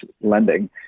lending